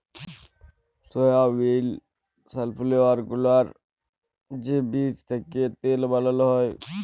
সয়াবিল, sunflower গুলার যে বীজ থ্যাকে তেল বালাল হ্যয়